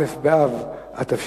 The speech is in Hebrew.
א' באב התש"ע,